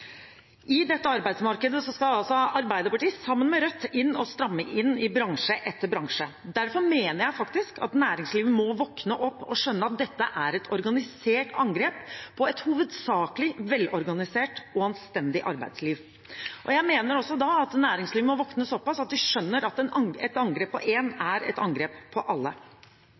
I dette arbeidsmarkedet skal altså Arbeiderpartiet, sammen med Rødt, inn og stramme inn i bransje etter bransje. Derfor mener jeg faktisk at næringslivet må våkne opp og skjønne at dette er et organisert angrep på et hovedsakelig velorganisert og anstendig arbeidsliv. Da mener jeg også at næringslivet må våkne såpass at de skjønner at et angrep på én er et angrep på alle.